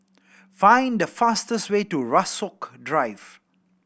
find the fastest way to Rasok Drive